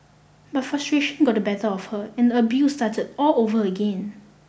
but frustration got the better of her and the abuse start all over again